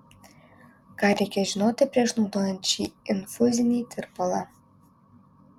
ką reikia žinoti prieš naudojant šį infuzinį tirpalą